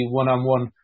one-on-one